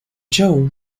show